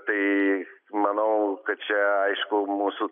tai manau kad čia aišku mūsų